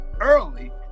early